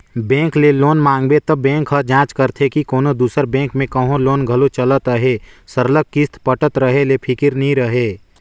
bank ले loan मांगबे त बेंक ह जांच करथे के कोनो दूसर बेंक में कहों लोन घलो चलत अहे सरलग किस्त पटत रहें ले फिकिर नी रहे